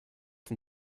den